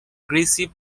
greasy